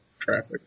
traffic